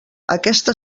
aquesta